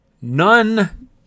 None